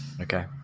Okay